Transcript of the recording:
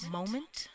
moment